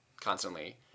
Constantly